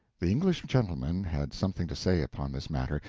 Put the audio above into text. the english gentleman had something to say upon this matter,